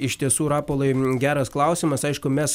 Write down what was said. iš tiesų rapolai geras klausimas aišku mes